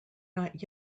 not